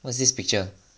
was this picture